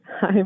Hi